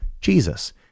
Jesus